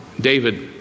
David